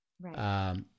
Right